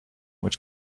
which